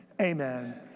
amen